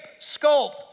sculpt